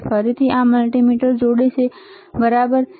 તેથી ફરીથી તે આ મલ્ટિમીટરને જોડે છે બરાબર